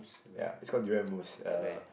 yea it's call durian mousse uh